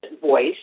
voice